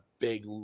big